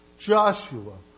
Joshua